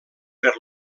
per